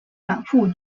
反复